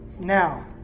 Now